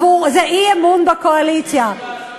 זה אי-אמון בקואליציה.